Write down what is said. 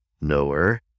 Knower